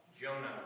Jonah